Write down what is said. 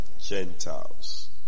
Gentiles